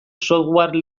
software